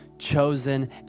chosen